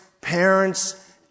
parents